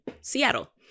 Seattle